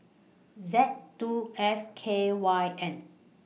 Z two F K Y N